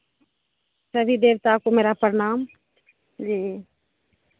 सभी देवताओं को मेरा प्रणाम जी